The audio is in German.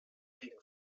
gegen